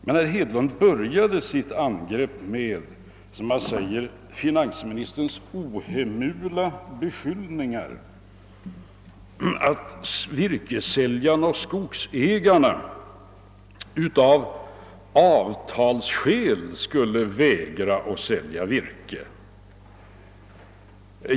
Men herr Hedlund började sitt angrepp med, som han sade »finansministerns ohemula beskyllningar», att virkessäljarna och skogsägarna av avtalsskäl skulle vägra att sälja virke.